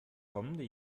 kommende